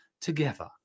together